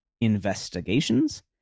investigations